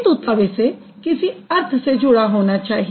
किन्तु तब इसे किसी अर्थ से जुड़ा होना चाहिए